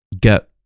get